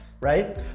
Right